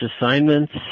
assignments